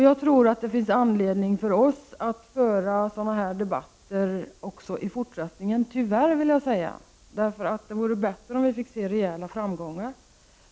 Jag tror att det finns anledning för oss att föra sådana här debatter även i fortsättningen — tyvärr, vill jag säga. Det vore ju bättre om vi fick se rejäla framgångar.